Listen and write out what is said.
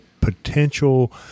potential